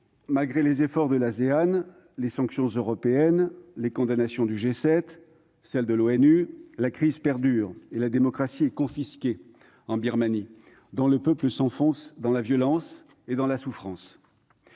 malgré les efforts de l'Asean, les sanctions européennes et les condamnations du G7 ou de l'ONU, la crise perdure et la démocratie est confisquée en Birmanie, où le peuple s'enfonce dans la violence et la souffrance.